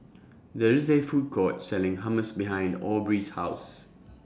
There IS A Food Court Selling Hummus behind Aubrey's House